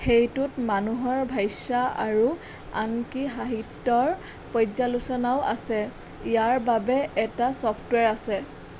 সেইটোত মানুহৰ ভাষ্য আৰু আনকি সাহিত্যৰ পৰ্য্যালোচনাও আছে ইয়াৰ বাবে এটা ছফ্টৱেৰ আছে